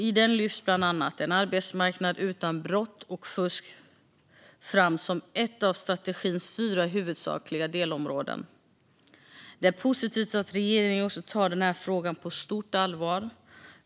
I den lyfts bland annat en arbetsmarknad utan brott och fusk fram som ett av strategins fyra huvudsakliga delområden. Det är positivt att regeringen tar den här frågan på stort allvar.